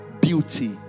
beauty